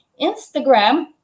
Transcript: Instagram